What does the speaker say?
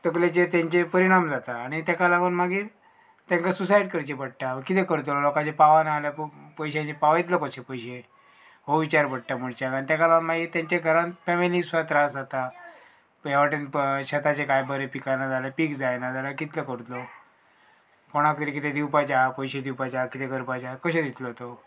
तकलेचेर तेंचे परिणाम जाता आणी तेका लागोन मागीर तेंकां सुसायड करचे पडटा कितें करतलो लोकांचें पावना जाल्यार पयशांचे पावयतलो कशें पयशे हो विचार पडटा मनशाक आनी तेका लागोन मागीर तेंच्या घरान फॅमिलीक सुद्दां त्रास जाता हे वाटेन शेताचे कांय बरें पिकाना जाल्यार पीक जायना जाल्यार कितलो करतलो कोणाक कितें कितें दिवपाचें आहा पयशे दिवपाचे आहा कितें करपाचे आहा कशें दितलो तो